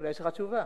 אולי יש לך תשובה.